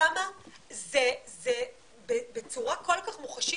שם זה בצורה כל כך מוחשית.